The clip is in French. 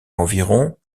environ